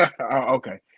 okay